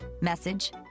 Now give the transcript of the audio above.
Message